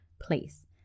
place